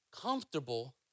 comfortable